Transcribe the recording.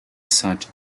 such